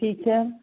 teacher